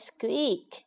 Squeak